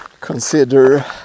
consider